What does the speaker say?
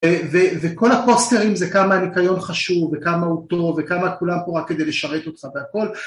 וכל הפוסטרים זה כמה הניקיון חשוב וכמה הוא טוב וכמה כולם פה רק כדי לשרת אותך והכל